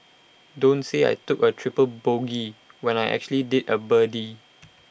don't say I took A triple bogey when I actually did A birdie